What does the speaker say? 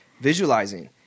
visualizing